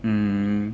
mm